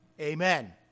Amen